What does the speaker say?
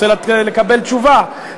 רוצה לקבל תשובה,